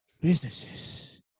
businesses